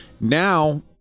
Now